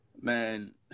Man